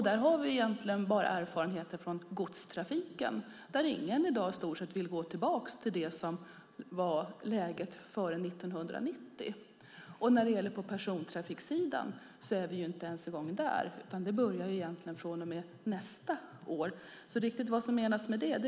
Där har vi egentligen bara erfarenheter från godstrafiken, där i stort sett ingen i dag vill gå tillbaka till det läge som var före 1990. När det gäller persontrafiksidan är vi inte ens en gång där, utan det börjar från och med nästa år.